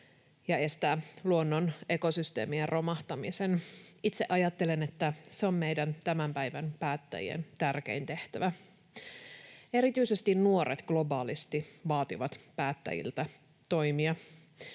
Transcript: ja estää luonnon ekosysteemien romahtamisen. Itse ajattelen, että se on meidän tämän päivän päättäjien tärkein tehtävä. Erityisesti nuoret vaativat globaalisti päättäjiltä toimia.